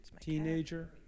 Teenager